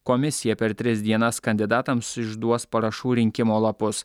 komisija per tris dienas kandidatams išduos parašų rinkimo lapus